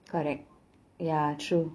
correct ya true